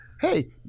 hey